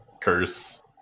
curse